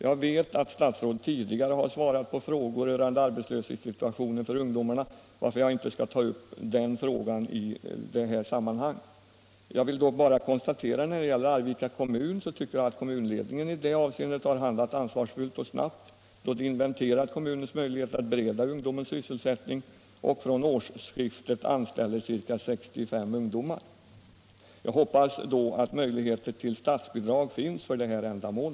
Jag vet att statsrådet tidigare har svarat på frågor rörande arbetslöshetssituationen för ungdomarna, varför jag inte skall ta upp den frågan i detta sammanhang. Jag vill dock säga att när det gäller Arvika kommun = Nr 43 tycker jag att kommunledningen i det avseendet har handlat ansvarsfullt Torsdagen den och snabbt då den inventerat kommunens möjligheter att bereda ung 11 december 1975 domen sysselsättning och från årsskiftet anställer ca 65 ungdomar. —— Jag hoppas att möjligheter till statsbidrag finns för detta ändamål.